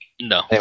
No